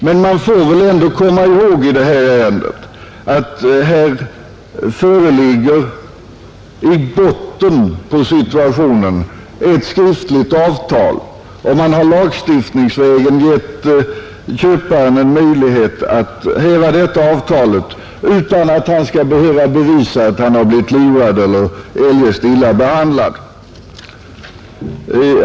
Men man får väl ändå i detta ärende komma ihåg att här föreligger i botten ett skriftligt avtal; man ger lagstiftningsvägen köparen en möjlighet att häva detta avtal utan att han skall behöva bevisa att han har blivit lurad eller eljest illa behandlad.